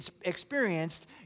experienced